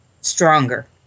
stronger